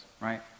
right